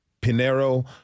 Pinero